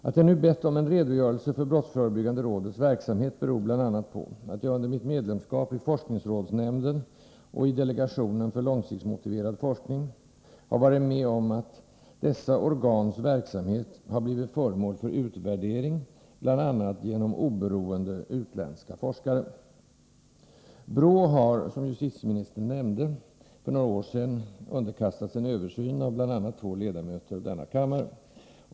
Att jag nu bett om en redogörelse för brottsförebyggande rådets verksamhet beror bl.a. på att jag under mitt medlemskap i forskningsrådsnämnden och i delegationen för långsiktsmotiverad forskning har varit med om att dessa organs verksamhet har blivit föremål för utvärdering, bl.a. genom oberoende utländska forskare. BRÅ har — som justitieministern nämnde — för några år sedan underkastats en översyn av bl.a. två ledamöter av denna kammare.